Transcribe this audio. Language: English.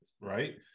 right